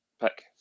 pick